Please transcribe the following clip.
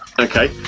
Okay